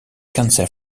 cancer